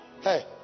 Hey